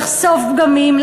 לחשוף פגמים,